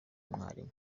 umwarimu